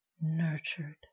Nurtured